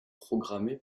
programmé